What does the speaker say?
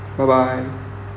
bye bye